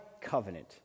covenant